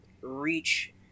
reach